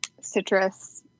citrus